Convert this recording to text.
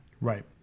Right